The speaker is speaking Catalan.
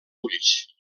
ulls